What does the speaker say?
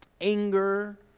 anger